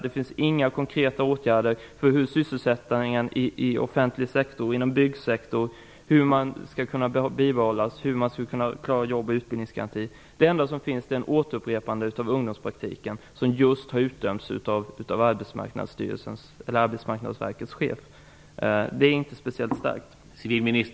Det finns inga förslag till konkreta åtgärder för att sysselsättningen inom byggsektorn och den offentliga sektorn skall kunna bibehållas och för att man skall klara av utbildningsgarantin. Man upprepar bara ungdomspraktiken, trots att det är en åtgärd som har utdömts av Arbetsmarknadsverkets chef. Det är inte särskilt starkt.